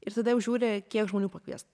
ir tada jau žiūri kiek žmonių pakviest